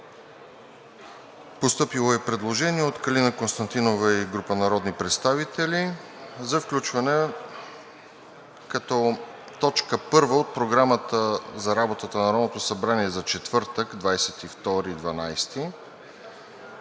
Постъпило е предложение от Калина Константинова и група народни представители за включване като точка първа от Програмата за работата на Народното събрание за четвъртък, 22